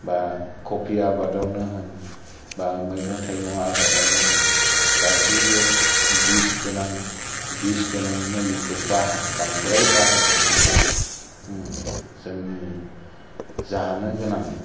बा कबि आबादावनो होन बा मैगं थाइगं आबादावनो होन गासैबो बिस गोनां बिस गोनां मुलिखौ बाहाय बांद्राय बाहायनानै जोंनि जानो गोनां